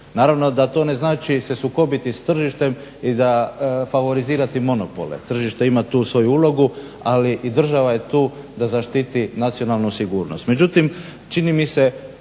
Naravno da to ne znači se sukobiti s tržištem i da favorizirati monopole. Tržište ima tu svoju ulogu, ali i država je tu da zaštiti nacionalnu sigurnost.